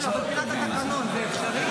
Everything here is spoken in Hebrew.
לא, לא, מבחינת התקנון, זה אפשרי?